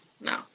no